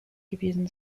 gewesen